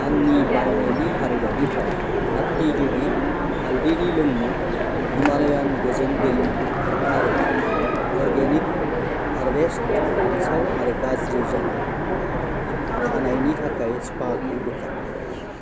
आंनि बायनायनि फारिलाइनिफ्राय नात्ति य'गि हाल्दैनि लोंमु हिमालयान गोजों दै आरो अर्गेनिक हारभेस्ट रानसाव आरो गाज्रि जानाय खानायनि थाखाय स्पाखौ बोखार